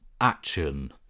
Action